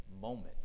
moment